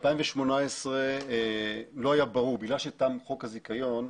ב-2018 לא היה ברור בגלל שתם חוק הזיכיון.